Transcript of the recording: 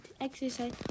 exercise